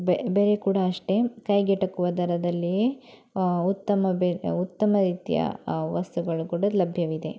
ಬೆ ಬೆಲೆ ಕೂಡ ಅಷ್ಟೇ ಕೈಗೆಟಕುವ ದರದಲ್ಲಿ ಉತ್ತಮ ಬೆ ಉತ್ತಮ ರೀತಿಯ ವಸ್ತುಗಳು ಕೂಡ ಲಭ್ಯವಿದೆ